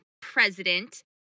president